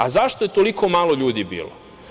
A zašto je toliko malo ljudi bilo?